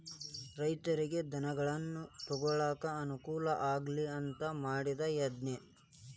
ರೈತರಿಗೆ ಧನಗಳನ್ನಾ ತೊಗೊಳಾಕ ಅನಕೂಲ ಆಗ್ಲಿ ಅಂತಾ ಮಾಡಿದ ಯೋಜ್ನಾ